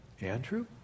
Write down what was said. Andrew